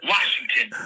Washington